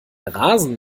rasen